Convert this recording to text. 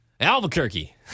Albuquerque